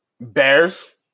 Bears